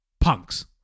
punks